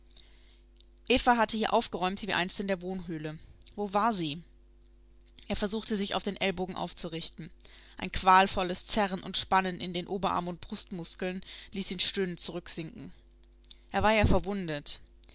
hatte hier aufgeräumt wie einst in der wohnhöhle wo war sie er versuchte sich auf den ellbogen aufzurichten ein qualvolles zerren und spannen in den oberarm und brustmuskeln ließ ihn stöhnend zurücksinken er war ja verwundet